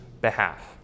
behalf